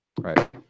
right